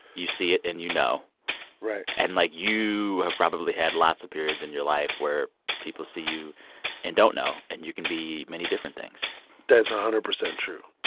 you see it, and you know right and, like, you have probably had lots of periods in your life where people see you and don't know, and you can be many different things ah hundred percent true.